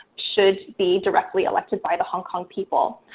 should be directly elected by the hong kong people.